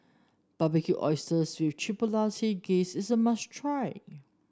Barbecued Oysters with Glaze is a must try